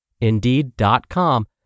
Indeed.com